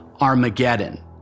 Armageddon